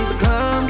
come